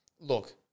look